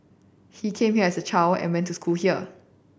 he came here as a child and went to school here